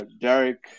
Derek